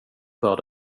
för